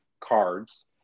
cards